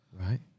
Right